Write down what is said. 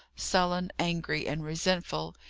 sullen, angry, and resentful,